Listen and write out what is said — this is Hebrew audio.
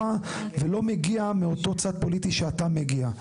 ולא מגיע מאותו צד פוליטי שאתה מגיע.